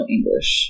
English